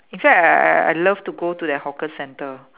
in fact I I I love to go to that hawker centre